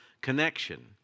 connection